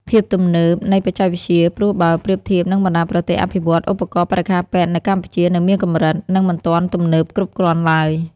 ភាពទំនើបនៃបច្ចេកវិទ្យា ព្រោះបើប្រៀបធៀបនឹងបណ្ដាប្រទេសអភិវឌ្ឍន៍ ឧបករណ៍បរិក្ខារពេទ្យនៅកម្ពុជានៅមានកម្រិត និងមិនទាន់ទំនើបគ្រប់គ្រាន់ឡើយ។